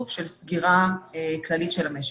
למצב של סגירה כללית של המשק.